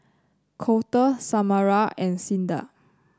Colter Samara and Cinda